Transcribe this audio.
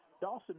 Dawson